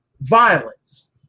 Violence